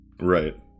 Right